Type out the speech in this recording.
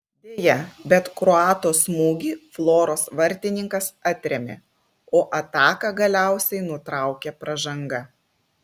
deja bet kroato smūgį floros vartininkas atrėmė o ataką galiausiai nutraukė pražanga